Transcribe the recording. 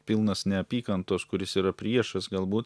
pilnas neapykantos kuris yra priešas galbūt